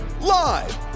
live